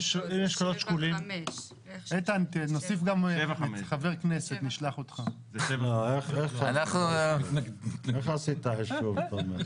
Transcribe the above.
לא, זה 7:5. 7:5. איך עשית חישוב, תומר?